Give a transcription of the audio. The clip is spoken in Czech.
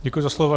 Děkuji za slovo.